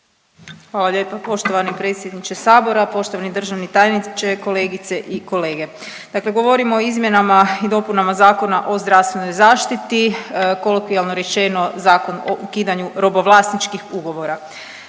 Hvala lijepa poštovani predsjedniče Sabora, poštovani državni tajniče, kolegice i kolege. Dakle, govorimo o izmjenama i dopunama Zakona o zdravstvenoj zaštiti, kolokvijalno rečeno Zakon o ukidanju robovlasničkih ugovora.